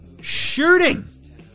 shooting